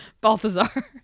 Balthazar